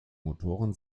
motoren